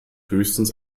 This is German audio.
höchstens